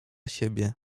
siebie